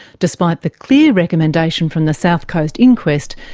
despite the clear recommendation from the south coast inquest,